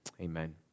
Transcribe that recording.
Amen